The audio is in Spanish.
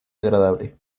agradable